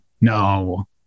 no